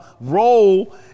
role